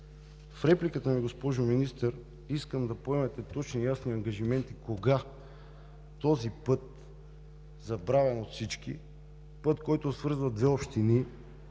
В репликата ми, госпожо Министър, искам да поемете точни и ясни ангажименти кога този път, забравен от всички, път в крайно тежко състояние,